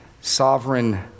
sovereign